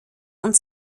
uns